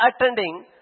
attending